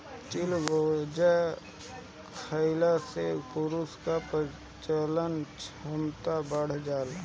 चिलगोजा खइला से पुरुष के प्रजनन क्षमता बढ़ेला